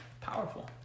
Powerful